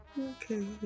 Okay